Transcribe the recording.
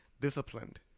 disciplined